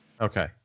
Okay